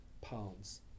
Pounds